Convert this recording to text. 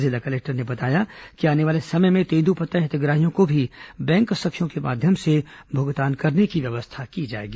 जिला कलेक्टर ने बताया कि आने वाले समय में तेंद्रपत्ता हितग्राहियों को भी बैंक सखियों के माध्यम से भुगतान करने की व्यवस्था की जाएगी